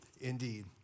Indeed